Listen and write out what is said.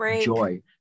joy